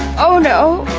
oh no,